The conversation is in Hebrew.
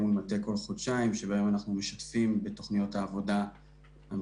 היום האנשים חושבים על זה בצורה אחרת,